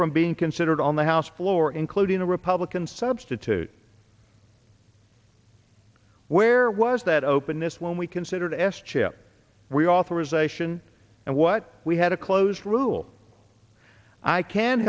from being considered on the house floor including a republican substitute where was that openness when we considered s chip we authorisation and what we had a close rule i can